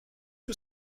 que